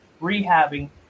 rehabbing